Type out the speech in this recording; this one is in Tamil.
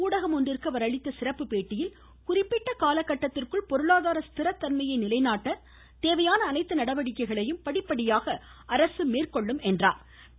ஊடகம் ஒன்றிற்கு அவர் அளித்த சிறப்பு பேட்டியில் குறிப்பட்ட கால கட்டத்திற்குள் பொருளாதார ஸ்கிர தன்மையை நிலைநாட்ட தேவையான அனைத்து நடவடிக்கைகளையும் படிப்படியாக அரசு மேற்கொள்ளும் என்று உறுதியளித்தார்